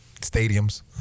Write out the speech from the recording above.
stadiums